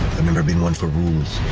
i've never been one for rules.